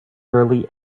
early